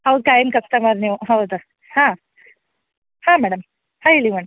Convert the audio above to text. ಹೌದು ಖಾಯಂ ಕಸ್ಟಮರ್ ನೀವು ಹೌದು ಹಾಂ ಹಾಂ ಮೇಡಮ್ ಹಾಂ ಹೇಳಿ ಮೇಡಮ್